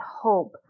hope